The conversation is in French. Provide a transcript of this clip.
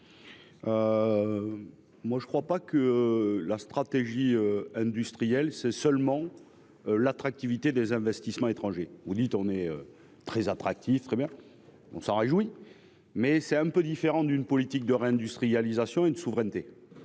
Moi je ne crois pas que la stratégie industrielle, c'est seulement. L'attractivité des investissements étrangers ou on est très attractif, très bien, on s'en réjouit mais c'est un peu différent d'une politique de réindustrialisation, une souveraineté